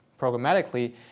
programmatically